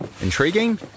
Intriguing